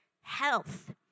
Health